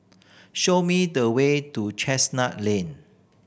show me the way to Chestnut Lane